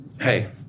hey